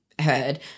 heard